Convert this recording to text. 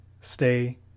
stay